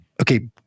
okay